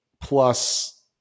plus